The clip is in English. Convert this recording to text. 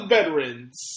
Veterans